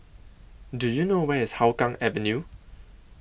Do YOU know Where IS Hougang Avenue